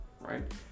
right